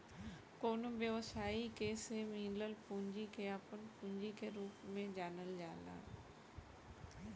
कवनो व्यवसायी के से मिलल पूंजी के आपन पूंजी के रूप में जानल जाला